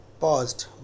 paused